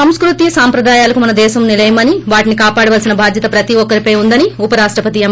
సంస్ఫుతి సాంప్రదాయాలకు మన దేశం నిలయమని వాటిని కాపాడవలసిన బాధ్యత ప్రతి ఒక్కరిపై ఉందని ఉపరాష్టపతి ఎం